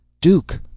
Duke